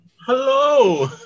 hello